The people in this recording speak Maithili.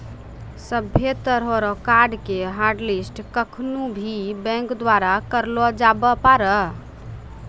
सभ्भे तरह रो कार्ड के हाटलिस्ट केखनू भी बैंक द्वारा करलो जाबै पारै